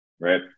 Right